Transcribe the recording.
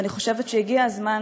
ואני חושבת שהגיע הזמן